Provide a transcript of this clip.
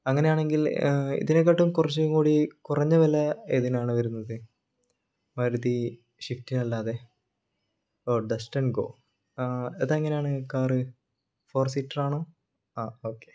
അങ്ങനെയാണെങ്കിൽ ഇതിനേക്കാട്ടും കുറച്ചും കൂടി കുറഞ്ഞ വില ഏതിനാണ് വരുന്നത് മാരുതി സ്വിഫ്റ്റിനല്ലാതെ ഓ ഡസ്റ്റൺ ഗോ അതെങ്ങനെയാണ് കാർ ഫോർ സീറ്റർ ആണോ ആ ഓക്കേ